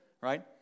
right